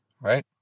right